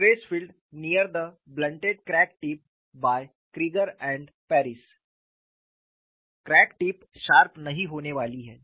stress field near the blunted crack tip by Krieger and Paris crack tip sharp नहीं होने वाली है